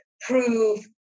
prove